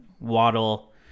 Waddle